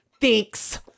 Thanks